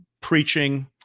preaching